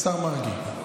השר מרגי.